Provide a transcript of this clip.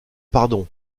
pardon